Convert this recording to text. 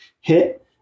hit